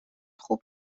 خوب